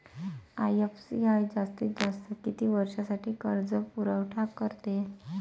IFCI जास्तीत जास्त किती वर्षासाठी कर्जपुरवठा करते?